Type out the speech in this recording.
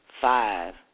Five